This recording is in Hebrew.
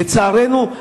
לצערנו,